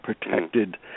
protected